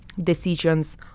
decisions